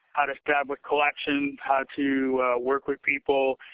how to establish collections, how to work with people.